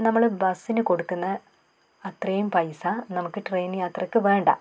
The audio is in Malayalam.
നമ്മൾ ബസ്സിന് കൊടുക്കുന്ന അത്രയും പൈസ നമുക്ക് ട്രെയിൻ യാത്രക്ക് വേണ്ട